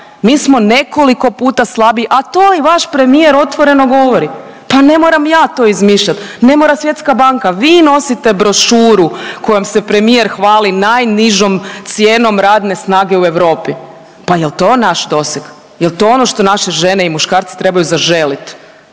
Mi smo nekoliko puta slabiji, a to i vaš premijer otvoreno govori. Pa ne moram ja to izmišljati, ne mora Svjetska banka. Vi nosite brošuru kojom se premijer hvali najnižom cijenom radne snage u Europi. Pa jel' to naš doseg? Jel' to ono što naše žene i muškarci trebaju zaželiti?